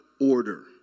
order